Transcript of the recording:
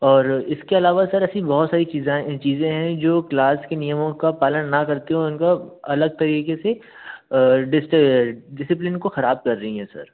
और इसके अलावा सर ऐसी बहुत सारी चीज़ें चीज़ें हैं जो क्लास के नियमों का पालन ना करते हो उनको अलग तरीक़े से डिस डिसप्लिन को ख़राब कर रही है सर